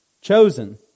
chosen